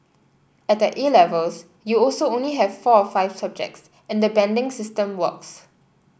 at the A Levels you also only have four or five subjects and the banding system works